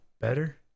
better